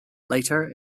later